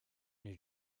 new